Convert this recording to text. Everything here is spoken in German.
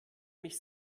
mich